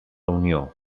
unió